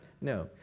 No